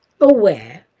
aware